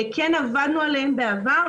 כן עבדנו עליהם בעבר,